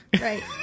Right